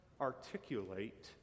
articulate